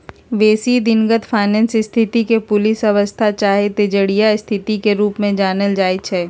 बेशी दिनगत फाइनेंस स्थिति के बुलिश अवस्था चाहे तेजड़िया स्थिति के रूप में जानल जाइ छइ